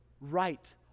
right